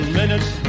minutes